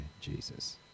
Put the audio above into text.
jesus